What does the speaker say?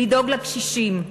לדאוג לקשישים,